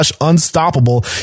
unstoppable